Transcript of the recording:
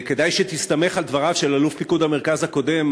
כדאי שתסתמך על דבריו של אלוף פיקוד המרכז הקודם,